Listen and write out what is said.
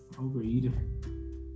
Overeating